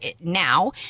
now